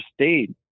stayed